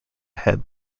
had